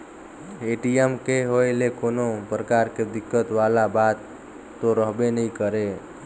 ATM के होए ले कोनो परकार के दिक्कत वाला बात तो रहबे नइ करे